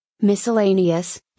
Miscellaneous